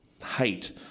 height